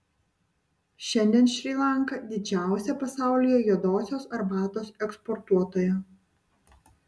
šiandien šri lanka didžiausia pasaulyje juodosios arbatos eksportuotoja